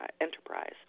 enterprise